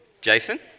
Jason